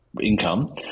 income